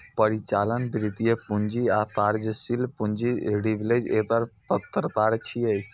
परिचालन, वित्तीय, पूंजी आ कार्यशील पूंजी लीवरेज एकर प्रकार छियै